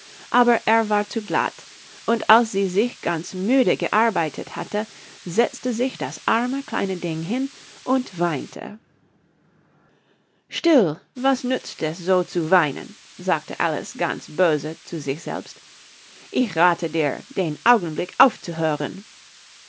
aber er war zu glatt und als sie sich ganz müde gearbeitet hatte setzte sich das arme kleine ding hin und weinte still was nützt es so zu weinen sagte alice ganz böse zu sich selbst ich rathe dir den augenblick aufzuhören